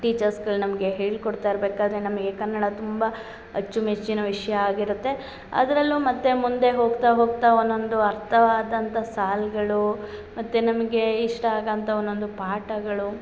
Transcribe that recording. ಟೀಚರ್ಸ್ಗಳು ನಮಗೆ ಹೇಳ್ಕೊಡ್ತಾ ಇರ್ಬೇಕಾದರೆ ನಮಗೆ ಕನ್ನಡ ತುಂಬ ಅಚ್ಚುಮೆಚ್ಚಿನ ವಿಷಯ ಆಗಿರುತ್ತೆ ಅದರಲ್ಲೂ ಮತ್ತು ಮುಂದೆ ಹೋಗ್ತಾ ಹೋಗ್ತಾ ಒನ್ನೊಂದು ಅರ್ಥವಾದಂಥ ಸಾಲ್ಗಳು ಮತ್ತು ನಮಗೆ ಇಷ್ಟ ಆಗೊಂಥ ಒನ್ನೊಂದು ಪಾಠಗಳು